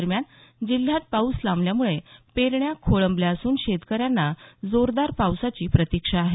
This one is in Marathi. दरम्यान जिल्ह्यात पाऊस लांबल्यामुळे पेरण्या खोळंबल्या असून शेतकऱ्यांना जोरदार पावसाची प्रतीक्षा आहे